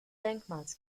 denkmals